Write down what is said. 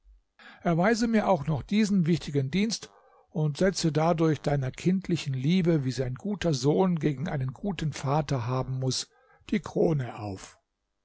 erweise mir auch noch diesen wichtigen dienst und setze dadurch deiner kindlichen liebe wie sie ein guter sohn gegen einen guten vater haben muß die krone auf